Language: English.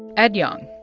ed yong.